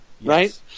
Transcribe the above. right